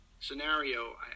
scenario